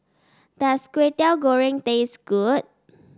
does Kwetiau Goreng taste good